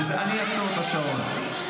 אני אעצור את השעון.